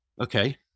okay